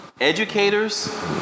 Educators